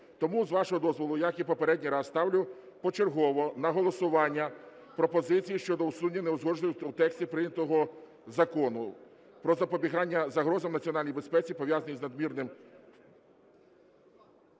Тому, з вашого дозволу, як і попередній раз, ставлю почергово на голосування пропозиції щодо усунення неузгодженостей у тексті прийнятого Закону про запобігання загрозам національній безпеці, пов'язаним із надмірним...